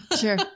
Sure